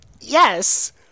Yes